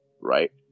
right